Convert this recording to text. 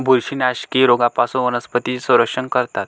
बुरशीनाशके रोगांपासून वनस्पतींचे संरक्षण करतात